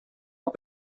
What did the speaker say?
out